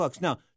Now